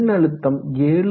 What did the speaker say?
மின்னழுத்தம் 7